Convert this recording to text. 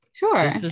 Sure